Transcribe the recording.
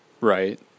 right